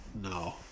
No